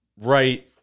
Right